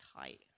tight